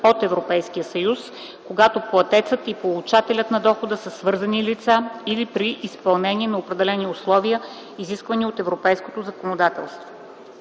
от Европейския съюз, когато платецът и получателят на дохода са свързани лица и при изпълнение на определени условия, изисквани от европейското законодателство;